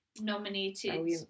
nominated